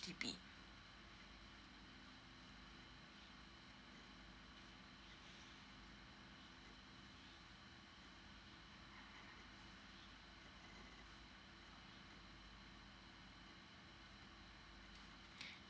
D_B